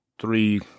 three